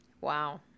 wow